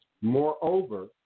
Moreover